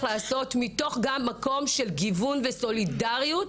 לעשות מתוך מקום של גיוון וסולידריות,